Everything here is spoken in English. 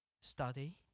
study